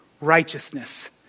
righteousness